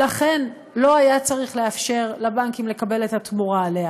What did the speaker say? ולכן לא היה צריך לאפשר לבנקים לקבל את התמורה עליה.